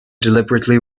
deliberately